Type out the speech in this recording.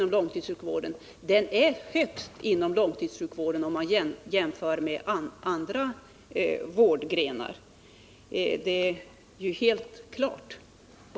Jämfört med andra vårdområden är personalomsättningen högst just inom långtidssjukvården.